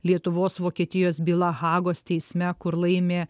lietuvos vokietijos byla hagos teisme kur laimi